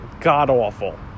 god-awful